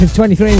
23